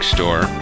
Store